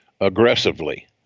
aggressively